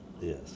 yes